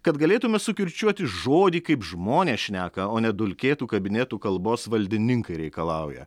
kad galėtume sukirčiuoti žodį kaip žmonės šneka o ne dulkėtų kabinetų kalbos valdininkai reikalauja